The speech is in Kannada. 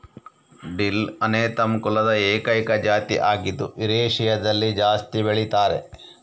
ಡಿಲ್ ಅನೆಥಮ್ ಕುಲದ ಏಕೈಕ ಜಾತಿ ಆಗಿದ್ದು ಯುರೇಷಿಯಾದಲ್ಲಿ ಜಾಸ್ತಿ ಬೆಳೀತಾರೆ